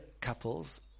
couples